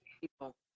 people